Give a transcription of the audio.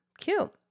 Cute